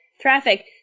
traffic